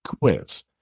quiz